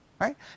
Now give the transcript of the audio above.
right